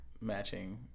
matching